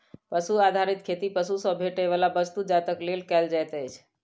पशु आधारित खेती पशु सॅ भेटैयबला वस्तु जातक लेल कयल जाइत अछि